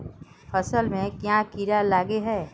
फसल में क्याँ कीड़ा लागे है?